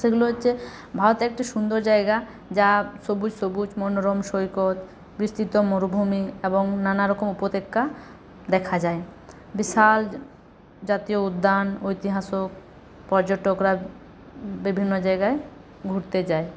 সেগুলো হচ্ছে ভারত একটি সুন্দর জায়গা যা সবুজ সবুজ মনোরম সৈকত বিস্তৃত মরুভূমি এবং নানা রকম উপত্যকা দেখা যায় বিশাল জাতীয় উদ্যান ঐতিহাসক পর্যটকরা বিভিন্ন জায়গায় ঘুরতে যায়